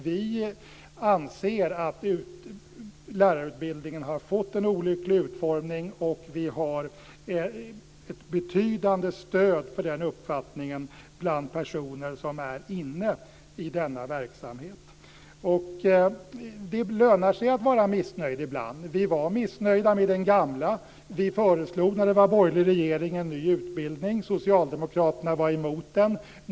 Vi anser att lärarutbildningen har fått en olycklig utformning och vi har ett betydande stöd för den uppfattningen bland personer som är inne i denna verksamhet. Det lönar sig att vara missnöjd ibland. Vi var missnöjda med den gamla utbildningen. Vi föreslog när det var borgerlig regering en ny utbildning. Socialdemokraterna var emot den.